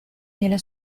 della